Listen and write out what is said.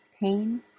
pain